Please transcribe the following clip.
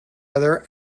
other